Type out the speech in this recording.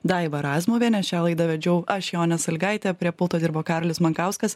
daiva razmuviene šią laidą vedžiau aš jonė salygaitė prie pulto dirbo karolis mankauskas